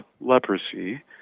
leprosy